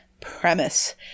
premise